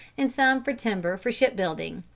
and some for timber for shipbuilding.